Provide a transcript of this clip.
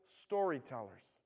storytellers